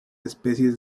especies